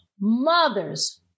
mothers